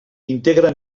integra